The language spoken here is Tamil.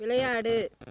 விளையாடு